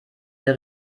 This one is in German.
der